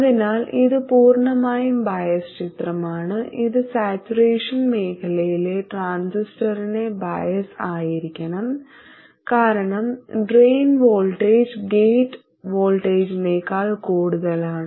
അതിനാൽ ഇത് പൂർണ്ണമായ ബയസ് ചിത്രമാണ് ഇത് സാച്ചുറേഷൻ മേഖലയിലെ ട്രാൻസിസ്റ്ററിനെ ബയസ് ആയിരിക്കണം കാരണം ഡ്രെയിൻ വോൾട്ടേജ് ഗേറ്റ് വോൾട്ടേജിനേക്കാൾ കൂടുതലാണ്